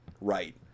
right